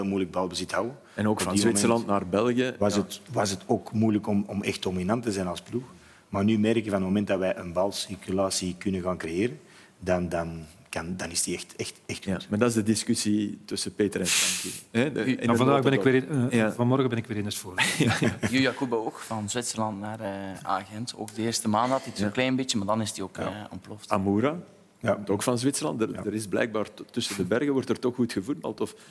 moeilijk balbezit houden. En ook Op van die moment Zwitserland naar België, was ja. het- was het ook moeilijk om- om echt dominant te zijn als ploeg. Maar nu merk je van het moment dat wij een balcirculatie kunnen gaan creëren, dan- dan kan- dan is die echt- echt- echt Ja, goed. maar dat is de discussie tussen Peter en Frankie. Hè, de- Nou, in de vandaag noten ben ik toch. weer in- eh, Ja. vanmorgen ben ik weer in het voordeel. Ja. Yuya Kubo ook, van Zwitserland naar, eh, AA Gent. Ook de eerste maand had hij het Ja. een klein beetje, maar dan is hij ook, Ja. eh, ontploft. Amoura, Ja. ook van Zwitserland. Er- Ja. er is blijkbaar t- tussen de bergen wordt er toch goed gevoetbald, of-